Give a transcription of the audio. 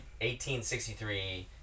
1863